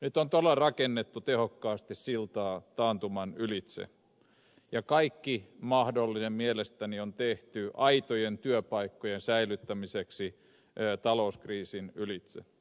nyt on todella rakennettu tehokkaasti siltaa taantuman ylitse ja mielestäni kaikki mahdollinen on tehty aitojen työpaikkojen säilyttämiseksi talouskriisin ylitse